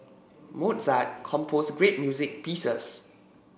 Mozart composed great music pieces